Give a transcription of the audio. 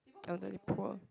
elderly poor